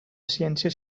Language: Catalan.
ciència